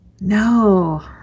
No